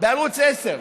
בערוץ 10,